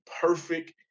perfect